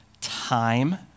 time